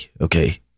okay